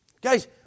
Guys